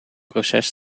proces